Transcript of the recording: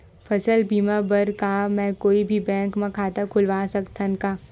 फसल बीमा बर का मैं कोई भी बैंक म खाता खोलवा सकथन का?